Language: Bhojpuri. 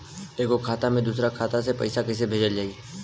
एगो खाता से दूसरा खाता मे पैसा कइसे भेजल जाई?